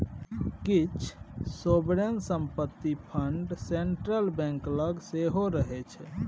किछ सोवरेन संपत्ति fund central bank लग सेहो रहय छै